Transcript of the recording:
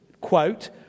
quote